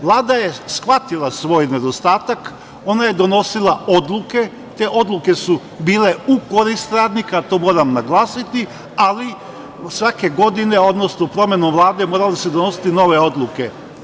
Vlada je shvatila svoj nedostatak, ona je donosila odluke, te odluke su bile u korist radnika, i to moram naglasiti, ali svake godine, odnosno promenom Vlade, morale su se donositi nove odluke.